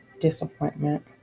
Disappointment